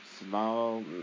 small